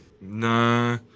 Nah